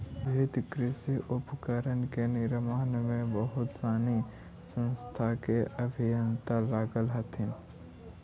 विविध कृषि उपकरण के निर्माण में बहुत सनी संस्था के अभियंता लगल हथिन